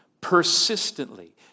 persistently